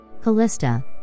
Callista